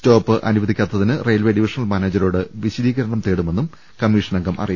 stop അനുവദിക്കാത്തിന് railway divisional മാനേജരോട് വിശദീകരണം തേടുമെന്നും കമ്മീ ഷൻ അംഗം അറിയിച്ചു